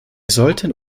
sollten